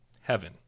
heaven